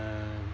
uh